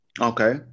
Okay